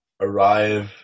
arrive